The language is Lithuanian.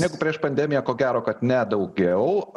negu prieš pandemiją ko gero kad ne daugiau